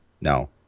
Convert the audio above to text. No